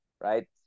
right